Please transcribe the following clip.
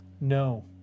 No